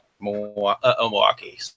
Milwaukee